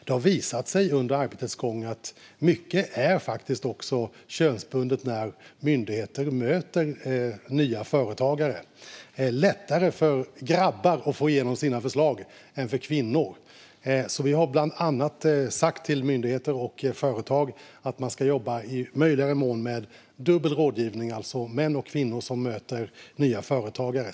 Det har visat sig under arbetets gång att mycket är könsbundet när myndigheter möter nya företagare; det är lättare för grabbar att få igenom sina förslag än för kvinnor. Vi har sagt till myndigheter och företag att de i möjligaste mån ska arbeta med dubbel rådgivning, det vill säga män och kvinnor som möter nya företagare.